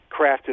crafted